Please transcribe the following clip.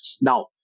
Now